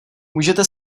můžete